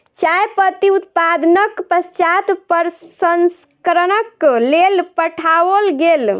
चाय पत्ती उत्पादनक पश्चात प्रसंस्करणक लेल पठाओल गेल